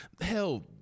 hell